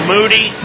Moody